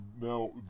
Now